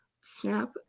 snap